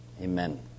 amen